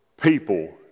people